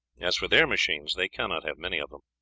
as for their machines, they cannot have many of them.